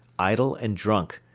idle and drunk,